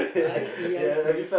oh I see I see